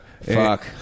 Fuck